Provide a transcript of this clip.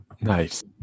Nice